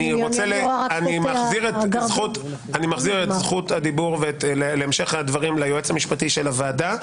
אני מחזיר את זכות הדיבור להמשך הדברים ליועץ המשפטי של הוועדה.